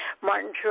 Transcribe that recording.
Martin